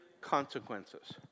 consequences